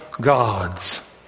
gods